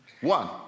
One